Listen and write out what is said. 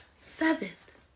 seventh